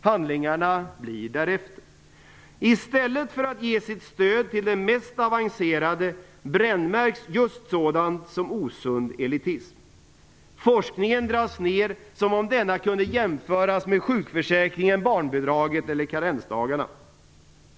Handlingarna blir därefter. I stället för att ge sitt stöd till det mest avancerade brännmärks just sådant som osund elitism. Forskningen dras ner som om denna kunde jämföras med sjukförsäkringen, barnbidraget eller karensdagarna.